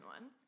one